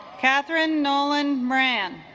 kathryn nolan bran